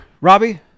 Robbie